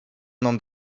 mną